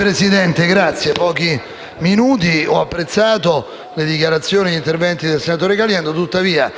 Presidente, ho apprezzato le dichiarazioni e gli interventi del senatore Caliendo. Tuttavia,